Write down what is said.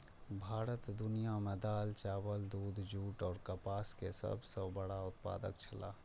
भारत दुनिया में दाल, चावल, दूध, जूट और कपास के सब सॉ बड़ा उत्पादक छला